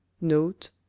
note